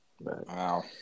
Wow